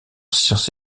sciences